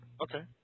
Okay